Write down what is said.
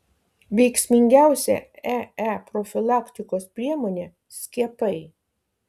veiksmingiausia ee profilaktikos priemonė skiepai